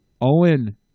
Owen